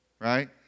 right